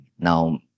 now